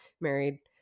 married